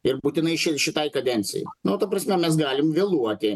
ir būtinai ši šitai kadencijai nu ta prasme mes galim vėluoti